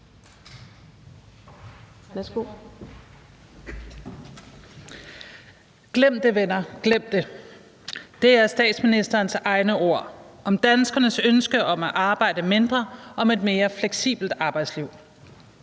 Glem det, venner – glem det. Det er statsministerens egne ord om danskernes ønske om at arbejde mindre og om et mere fleksibelt arbejdsliv.